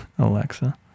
Alexa